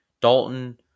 Dalton